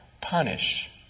punish